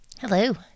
Hello